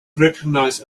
recognize